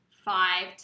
Five